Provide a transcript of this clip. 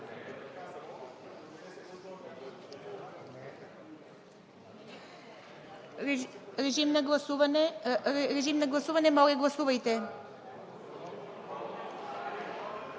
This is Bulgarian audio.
Режим на гласуване. Моля, гласувайте